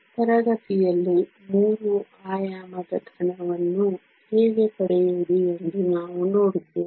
ತರಗತಿಯಲ್ಲಿ 3 ಆಯಾಮದ ಘನವನ್ನು ಹೇಗೆ ಪಡೆಯುವುದು ಎಂದು ನಾವು ನೋಡಿದ್ದೇವೆ